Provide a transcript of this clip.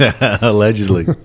Allegedly